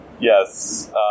Yes